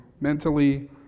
mentally